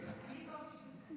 אני פה בשבילכם.